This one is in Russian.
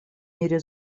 мире